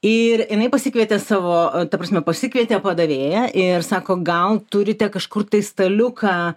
ir jinai pasikvietė savo ta prasme pasikvietė padavėją ir sako gal turite kažkur tai staliuką